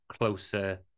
closer